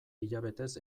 hilabetez